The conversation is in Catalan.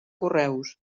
correus